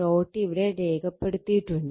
dot ഇവിടെ രേഖപ്പെടുത്തിയിട്ടുണ്ട്